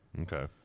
Okay